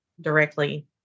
directly